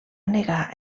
negar